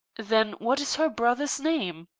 then what is her brother's name?